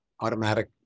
automatic